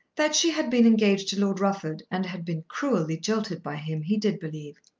that she had been engaged to lord rufford and had been cruelly jilted by him he did believe.